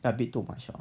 a bit too much lah